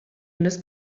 unes